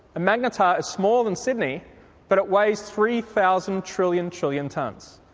a magnetar is smaller than sydney but it weighs three thousand trillion trillion tonnes.